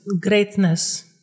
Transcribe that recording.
greatness